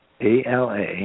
ALA